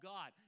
God